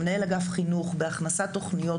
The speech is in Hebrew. למנהל אגף חינוך בהכנסת תוכניות,